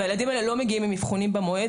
והילדים האלה לא מגיעים עם האבחונים במועד.